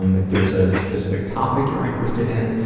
um if there's a specific topic you're interested in,